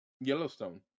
Yellowstone